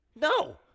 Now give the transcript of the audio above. No